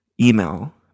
email